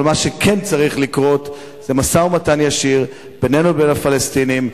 אבל מה שכן צריך לקרות זה משא-ומתן ישיר בינינו לבין הפלסטינים,